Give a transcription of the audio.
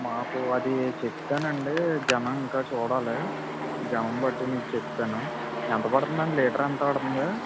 మాకు ఆది చెప్తాను అండి జనం ఇంకా చూడాలి జనం బట్టి మీకు చెప్తాను ఎంత పడుతుంది అండి లీటర్ ఎంత పడుతుంది